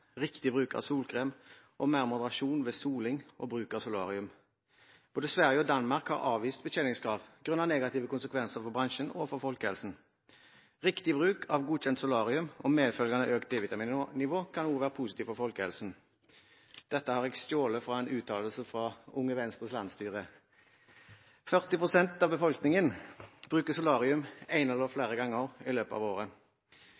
riktig bruk av solkrem og mer moderasjon ved soling og bruk av solarium. Både Sverige og Danmark har avvist betjeningskrav grunnet negative konsekvenser for bransjen og for folkehelsen. Riktig bruk av godkjent solarium og medfølgende økt D-vitaminnivå kan også være positivt for folkehelsen. Dette har jeg stjålet fra en uttalelse fra Unge Venstres landsstyre. 40 pst. av befolkningen bruker solarium én eller flere ganger i løpet av året.